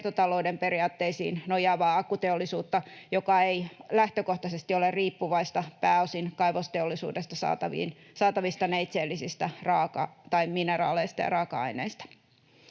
periaatteisiin nojaava akkuteollisuutta, joka ei lähtökohtaisesti ole riippuvaista pääosin kaivosteollisuudesta saatavista neitseellisistä mineraaleista ja raaka-aineista.